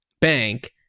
bank